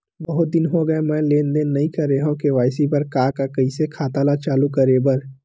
बहुत दिन हो गए मैं लेनदेन नई करे हाव के.वाई.सी बर का का कइसे खाता ला चालू करेबर?